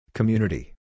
Community